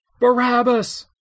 Barabbas